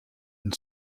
and